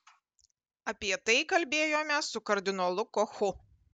apie tai kalbėjome su kardinolu kochu